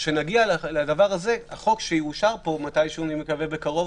כשנגיע לחוק שיאושר פה מתישהו בקרוב,